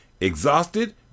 exhausted